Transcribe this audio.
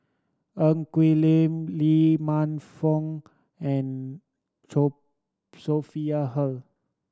Ng Quee Lam Lee Man Fong and Sophia Hull